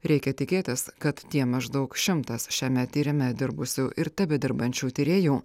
reikia tikėtis kad tie maždaug šimtas šiame tyrime dirbusių ir tebedirbančių tyrėjų